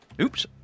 Oops